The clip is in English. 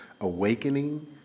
awakening